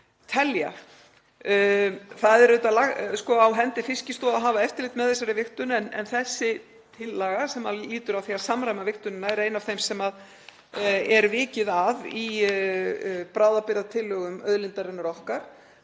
telja. Það er á hendi Fiskistofu að hafa eftirlit með þessari vigtun. En þessi tillaga sem lýtur að því að samræma vigtunina er ein af þeim sem er vikið að í bráðabirgðatillögum Auðlindarinnar okkar,